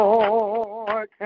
Lord